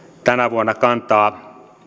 vuonna kantaa